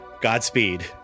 Godspeed